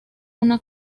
una